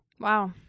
Wow